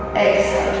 a